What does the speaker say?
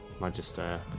Magister